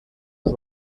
los